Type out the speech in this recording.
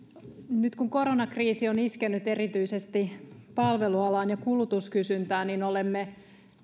nyt kun koronakriisi on iskenyt erityisesti palvelualaan ja kulutuskysyntään niin olemme